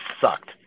sucked